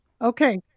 Okay